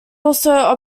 also